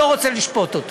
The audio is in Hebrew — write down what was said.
לא רוצה לשפוט אותו.